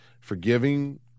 Forgiving